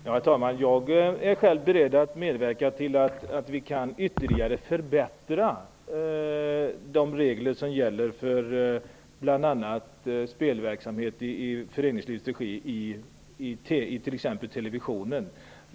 Herr talman! Jag är själv beredd att medverka till att vi ytterligare kan förbättra de regler som gäller för bl.a. spelverksamhet i föreningslivets regi i t.ex. televisionen.